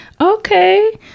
Okay